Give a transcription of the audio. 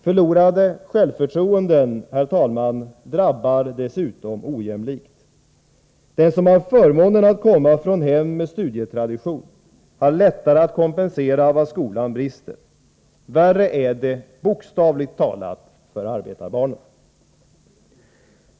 Förlorade självförtroenden drabbar dessutom ojämlikt. Den som har förmånen att komma från hem med studietradition har lättare att kompensera vad skolan brister. Värre är det — bokstavligt talat — för arbetarbarnen.